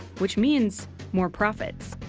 which means more profits.